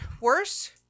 worse